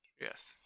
Yes